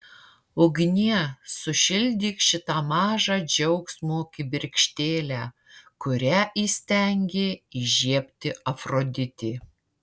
ugnie sušildyk šitą mažą džiaugsmo kibirkštėlę kurią įstengė įžiebti afroditė